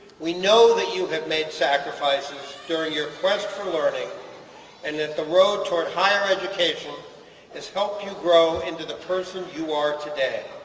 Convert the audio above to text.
we know that you made sacrifices during your quest for learning and that the road toward higher education has helped you grow into the person you are today.